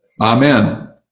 amen